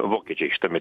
vokiečiai šitame